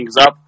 up